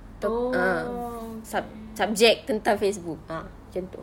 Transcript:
to~ ah sub~ subject tentang facebook ah macam itu